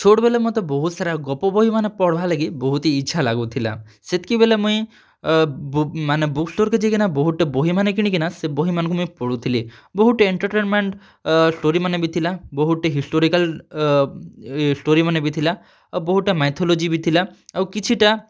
ଛୋଟ୍ବେଲେ ମୋତେ ବହୁତ୍ସାରା ଗପ ବହିମାନେ ପଢ଼୍ବାର୍ ଲାଗିର୍ ବହୁତ୍ ହି ଇଚ୍ଛା ଲାଗୁଥିଲା ସେତ୍କି ବେଲେ ମୁଇଁ ମାନେ ବୁକ୍ ଷ୍ଟୋର୍କେ ଯାଇକିନା ବହୁତ୍ଟେ ବହିମାନେ କିନି କିନା ସେ ବହି ମାନ୍କେ ମୁଇଁ ପଢ଼ୁଥିଲି ବହୁତ୍ଟେ ଏଣ୍ଟର୍ଟେନ୍ମେଣ୍ଟ୍ ଷ୍ଟୋରୀମାନେ ବି ଥିଲା ବହୁତ୍ଟେ ହିଷ୍ଟୋରିକାଲ୍ ଷ୍ଟୋରୀମାନେ ବି ଥିଲା ଆଉ ବହୁତ୍ଟେ ମାଇଥୋଲୋଜି ବି ଥିଲା ଆଉ କିଛିଟା